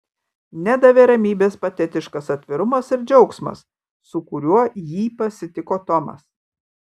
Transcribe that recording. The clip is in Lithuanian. nedavė ramybės patetiškas atvirumas ir džiaugsmas su kuriuo jį pasitiko tomas